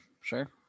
Sure